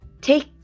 Take